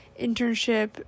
internship